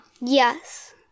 yes